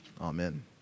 Amen